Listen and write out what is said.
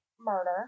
murder